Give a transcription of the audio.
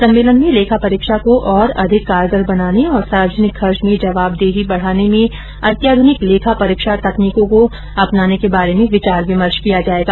सम्मेलन में लेखा परीक्षा को और अधिक कारगर बनाने तथा सार्वजनिक खर्च में जवाबदेही बढ़ाने में अत्याध्रनिक लेखा परीक्षा तकनीकों को अपनाने के बारे में विचार विमर्श किया जाएगा